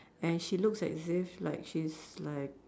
and she looks as if like she's like